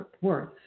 worth